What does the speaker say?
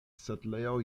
setlejo